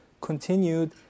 continued